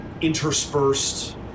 interspersed